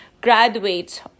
graduate